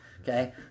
okay